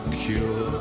cure